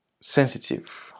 sensitive